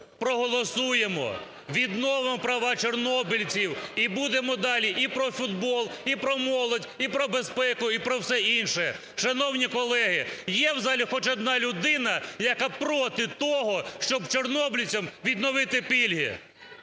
проголосуємо, відновимо права чорнобильців. І будемо далі і про футбол, і про молодь, і про безпеку, і про все інше. Шановні колеги, є в залі хоч одна людина, яка проти того, щоб чорнобильцям відновити пільги?